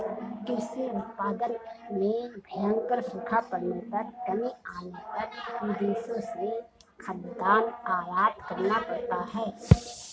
कृषि उत्पादन में भयंकर सूखा पड़ने पर कमी आने पर विदेशों से खाद्यान्न आयात करना पड़ता है